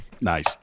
Nice